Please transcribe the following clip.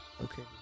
Okay